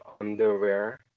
underwear